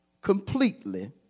completely